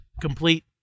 complete